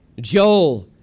Joel